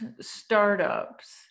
startups